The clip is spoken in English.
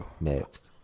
Mixed